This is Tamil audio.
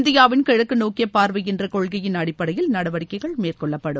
இந்தியாவின் கிழக்கு நோக்கிய பார்வை என்ற கொள்கையின் அடிப்படையில் நடவடிக்கைகள் மேற்கொள்ளப்படும்